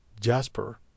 Jasper